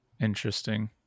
interesting